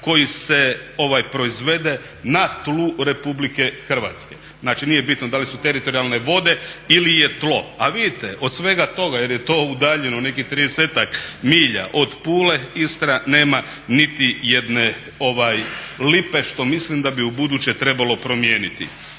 koji se proizvede na tlu RH. Znači, nije bitno da li su teritorijalne vode ili je tlo. A vidite od svega toga jer je to udaljeno nekih tridesetak milija od Pula Istra nema niti jedne lipe što mislim da bi u buduće trebalo promijeniti.